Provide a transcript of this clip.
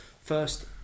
first